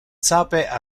sape